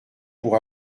pour